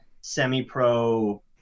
semi-pro